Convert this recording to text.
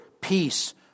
peace